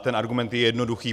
Ten argument je jednoduchý.